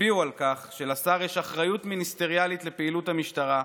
הצביעו על כך שלשר יש אחריות מיניסטריאלית לפעילות המשטרה,